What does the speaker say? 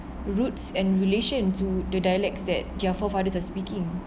roots and relation to the dialects that their forefathers are speaking